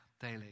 daily